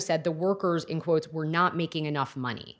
said the workers in quotes were not making enough money